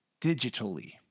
digitally